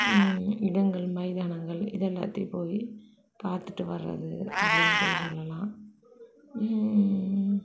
இடங்கள் மைதானங்கள் இதை எல்லாத்தையும் போய் பார்த்துட்டு வர்றது அப்படின்னு கூட சொல்லலாம்